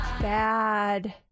Bad